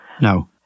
No